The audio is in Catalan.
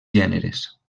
gèneres